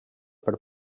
per